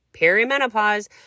perimenopause